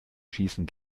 schießen